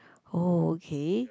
oh okay